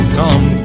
come